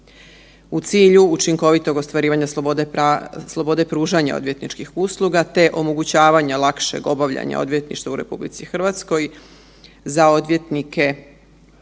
U cilju učinkovitog ostvarivanja slobode pružanja odvjetničkih usluga, te omogućavanja lakšeg obavljanja odvjetništva u RH za odvjetnike